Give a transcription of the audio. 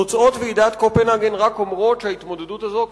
תוצאות ועידת קופנהגן רק אומרות שההתמודדות הזאת,